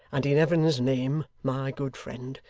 and in heaven's name, my good friend,